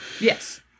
Yes